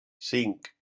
cinc